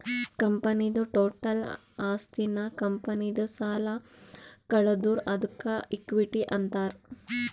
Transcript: ಕಂಪನಿದು ಟೋಟಲ್ ಆಸ್ತಿನಾಗ್ ಕಂಪನಿದು ಸಾಲ ಕಳದುರ್ ಅದ್ಕೆ ಇಕ್ವಿಟಿ ಅಂತಾರ್